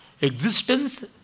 existence